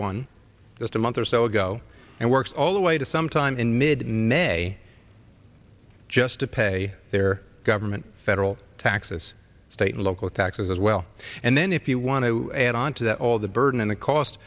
just a month or so ago and works all the way to sometime in mid net just to pay their government federal taxes state local taxes as well and then if you want to add on to that all the burden and the cost